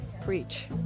Preach